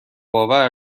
آور